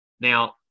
Now